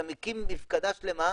אתה מקים מפקדה שלמה,